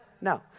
No